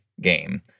game